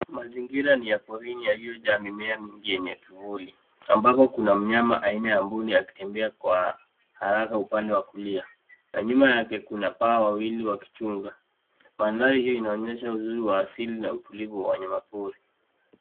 Mazingira ni ya porini yaliyojaa mimea mingi yenye kivuli ambapo kuna mnyama aina ya mbuni akitembea kwa haraka upande wa kulia na nyuma yake kuna paa wawili wakichunga. Mandhari hii inaonyesha uzuri wa asili na utulivu wa wanyamapori.